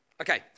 okay